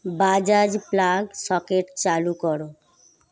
Bajaj plug socket চালু করো